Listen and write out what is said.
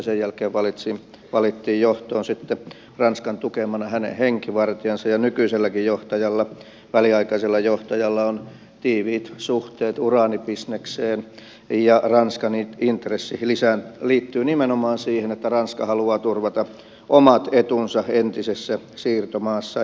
sen jälkeen valittiin johtoon sitten ranskan tukemana hänen henkivartijansa ja nykyiselläkin johtajalla väliaikaisella johtajalla on tiiviit suhteet uraanibisnekseen ja ranskan intressi liittyy nimenomaan siihen että ranska haluaa turvata omat etunsa entisessä siirtomaassaan